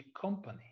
company